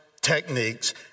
techniques